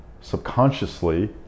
subconsciously